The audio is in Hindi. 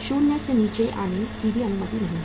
0 से नीचे आने की भी अनुमति नहीं है